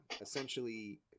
essentially